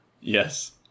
Yes